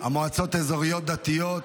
למועצות האזוריות הדתיות,